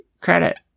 credit